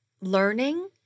learning